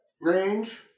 range